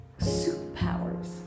superpowers